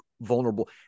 vulnerable